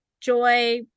joy